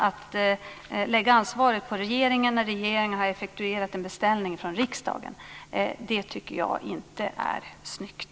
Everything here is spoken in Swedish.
Att lägga ansvaret på regeringen när den har effektuerat en beställning från riksdagen är inte snyggt.